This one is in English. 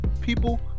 people